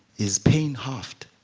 is paying off